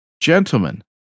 Gentlemen